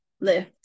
lift